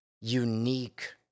unique